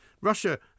Russia